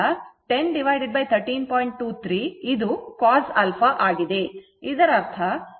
23 ಇದು cos α ಆಗಿದೆ ಇದರರ್ಥ cos α ಇದು 10 13